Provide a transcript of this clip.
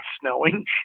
snowing